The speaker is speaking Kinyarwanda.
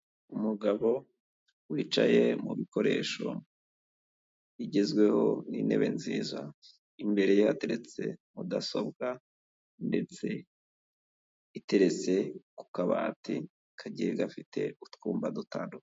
Umugabo wicaye mu bikoresho bigezweho n'intebe nziza, imbere ye hateretse mudasobwa ndetse iteretse ku kabati kagiye gafite utwumba dutandukanye.